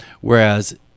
whereas